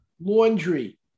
Laundry